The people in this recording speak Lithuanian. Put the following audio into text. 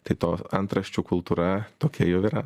tai to antraščių kultūra tokia jau yra